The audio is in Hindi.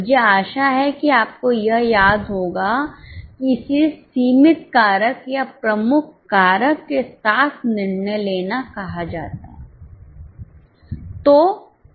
मुझे आशा है कि आपको यह याद होगा कि इसे सीमित कारक या प्रमुख कारक के साथ निर्णय लेना कहा जाता है